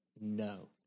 no